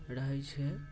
रहैत छै